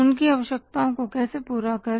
उनकी आवश्यकताओं को कैसे पूरा करें